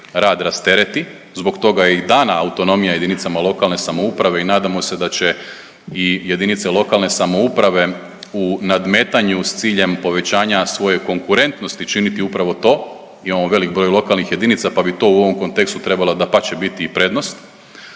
rad rastereti, zbog toga je i dana autonomija jedinicama lokalne samouprave i nadamo se da će i jedinice lokalne samouprave u nadmetanju s ciljem povećanja svoje konkurentnosti činiti upravo to. Imamo velik broj lokalnih jedinica pa bi to u ovom kontekstu trebala dapače, biti i prednost.